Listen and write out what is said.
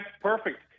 perfect